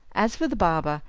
as for the barber,